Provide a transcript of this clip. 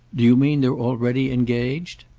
do you mean they're already engaged?